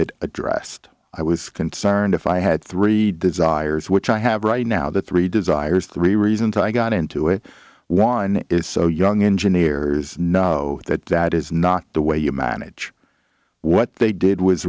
it addressed i was concerned if i had three desires which i have right now the three desires three reasons i got into it one is so young engineers know that that is not the way you manage what they did was